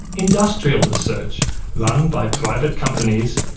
industrial research run by private companies,